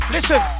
Listen